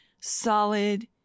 solid